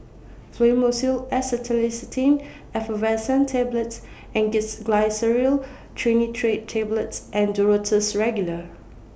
Fluimucil Acetylcysteine Effervescent Tablets Angised Glyceryl Trinitrate Tablets and Duro Tuss Regular